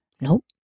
Nope